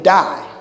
die